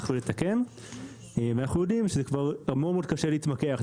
ולתקן ואנחנו יודעים שכבר קשה מאוד להתמקח,